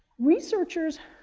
researchers,